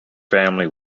family